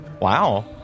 Wow